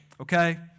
Okay